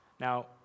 Now